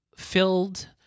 Filled